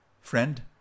friend